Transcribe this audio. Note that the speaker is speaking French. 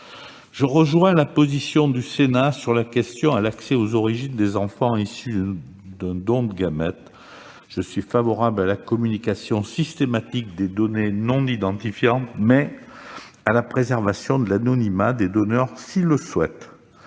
Je rejoins la position du Sénat sur la question de l'accès aux origines des enfants issus d'un don de gamètes. Je suis favorable à la communication systématique des données non identifiantes, mais à la préservation de l'anonymat des donneurs s'ils le souhaitent.